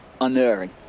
unerring